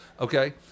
Okay